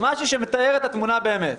משהו שמתאר את התמונה באמת.